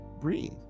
breathe